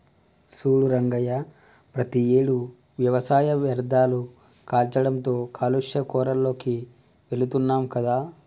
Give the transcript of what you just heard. సూడు రంగయ్య ప్రతియేడు వ్యవసాయ వ్యర్ధాలు కాల్చడంతో కాలుష్య కోరాల్లోకి వెళుతున్నాం కదా